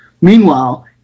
Meanwhile